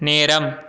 நேரம்